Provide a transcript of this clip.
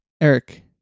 Eric